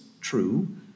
true